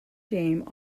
dame